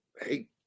Hey